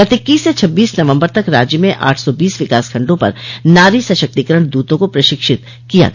गत इक्कीस से छब्बीस नवम्बर तक राज्य में आठ सौ बीस विकासखंडों पर नारी सशक्तिकरण दूतों को प्रशिक्षित किया गया